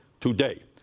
Today